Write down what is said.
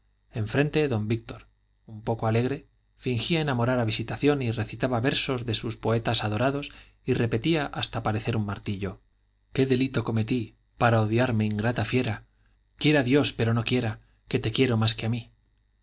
don álvaro enfrente don víctor un poco alegre fingía enamorar a visitación y recitaba versos de sus poetas adorados y repetía hasta parecer un martillo qué delito cometí para odiarme ingrata fiera quiera dios pero no quiera que te quiero más que a mí